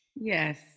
Yes